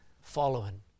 following